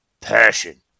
Passion